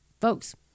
Folks